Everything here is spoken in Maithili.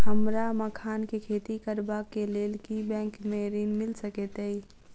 हमरा मखान केँ खेती करबाक केँ लेल की बैंक मै ऋण मिल सकैत अई?